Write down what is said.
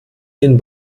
den